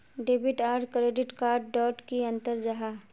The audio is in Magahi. डेबिट आर क्रेडिट कार्ड डोट की अंतर जाहा?